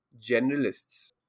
generalists